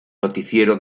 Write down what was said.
noticiero